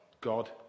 God